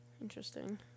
Interesting